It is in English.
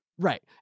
Right